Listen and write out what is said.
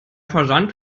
versand